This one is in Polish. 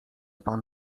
pan